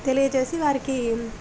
తెలియజేసి వారికి